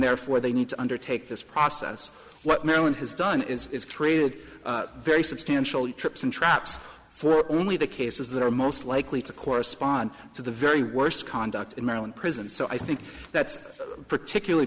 therefore they need to undertake this process what maryland has done is created very substantial trips and traps for only the cases that are most likely to correspond to the very worst conduct in maryland prison so i think that's particularly